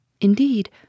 Indeed—